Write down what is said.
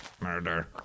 Murder